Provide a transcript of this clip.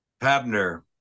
Habner